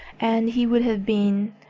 and he would have been.